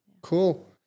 Cool